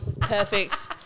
Perfect